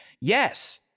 Yes